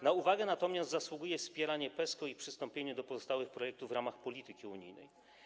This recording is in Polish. Na uwagę natomiast zasługuje wspieranie PESCO i przystąpienie do pozostałych projektów w ramach polityki unijnej.